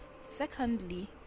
secondly